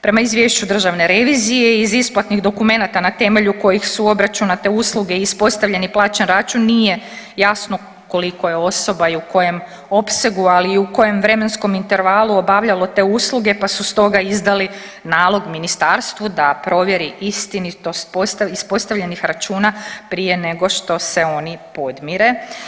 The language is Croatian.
Prema izvješću Državne revizije iz isplatnih dokumenata na temelju kojih su obračunate usluge i ispostavljen plaćen račun nije jasno koliko je osoba i u kojem opsegu, ali i u kojem vremenskom intervalu obavljalo te usluge pa su stoga izdali nalog Ministarstvu da provjeri istinitost ispostavljenih računa prije nego što se oni podmire.